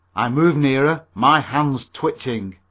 i moved nearer, my hands twitching.